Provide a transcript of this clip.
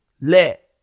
let